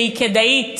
והיא כדאית,